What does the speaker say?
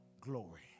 glory